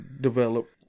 develop